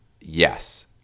Yes